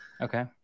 Okay